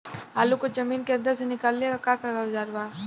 आलू को जमीन के अंदर से निकाले के का औजार बा?